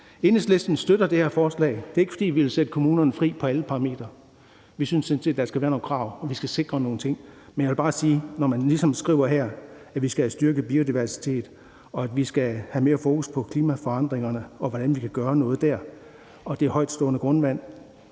Enhedslisten støtter det her forslag. Det er ikke, fordi vi vil sætte kommunerne fri på alle parametre. Vi synes sådan set, der skal være nogle krav, og at vi skal sikre nogle ting, men jeg vil bare, når man ligesom skriver her, at vi skal have styrket biodiversiteten, og at vi skal have mere fokus på klimaforandringerne, og hvordan vi kan gøre noget dér, og det højtstående grundvand,